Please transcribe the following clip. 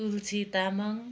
Ruchi Tamang